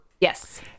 Yes